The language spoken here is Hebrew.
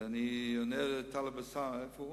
ואני עונה לטלב אלסאנע, איפה הוא?